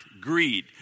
greed